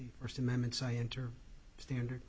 the first amendment scienter standard